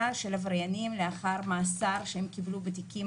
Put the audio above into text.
של עבריינים לאחר מאסר שהם קיבלו בתיקים